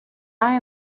die